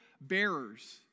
bearers